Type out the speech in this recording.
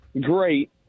great